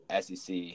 SEC